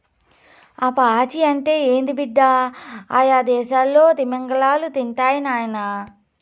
ఆ పాచి అంటే ఏంది బిడ్డ, అయ్యదేసాల్లో తిమింగలాలు తింటాయి నాయనా